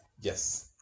Yes